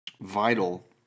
vital